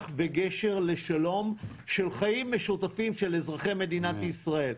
וגשר לשלום של חיים משותפים של אזרחי מדינת ישראל.